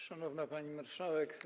Szanowna Pani Marszałek!